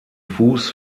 fuß